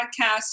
podcast